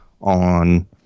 on